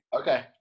okay